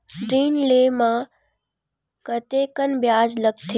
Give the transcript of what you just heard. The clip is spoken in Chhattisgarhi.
ऋण ले म कतेकन ब्याज लगथे?